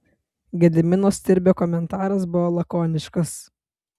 gedimino stirbio komentaras buvo lakoniškas